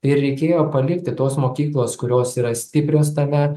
ir reikėjo palikti tos mokyklos kurios yra stiprios tame